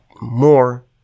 more